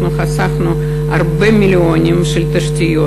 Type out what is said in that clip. אנחנו חסכנו הרבה מיליונים של תשתיות.